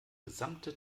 gesamte